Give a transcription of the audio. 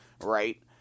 right